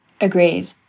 Agreed